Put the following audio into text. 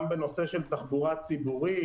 גם בנושא של תחבורה ציבורית,